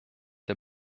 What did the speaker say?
der